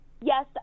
Yes